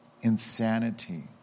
insanity